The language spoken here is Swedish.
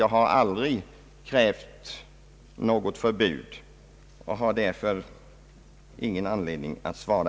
Jag har aldrig krävt något förbud, och därför har jag ingen anledning att svara.